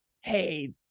hey